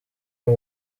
abo